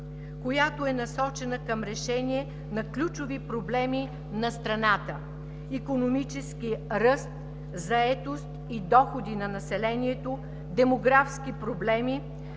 програма, насочена към решение на ключови проблеми на страната: икономически ръст, заетост и доходи на населението, демографски проблеми,